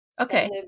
Okay